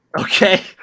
Okay